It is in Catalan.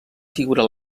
figura